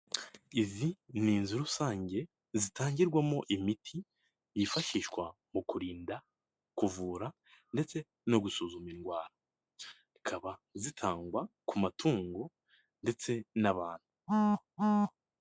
Izi ni inzu rusange zitangirwamo imiti yifashishwa mu kurinda, kuvura ndetse no gusuzuma indwara, zikaba zitangwa ku matungo ndetse n'abantu.